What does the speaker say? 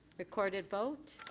recorded vote.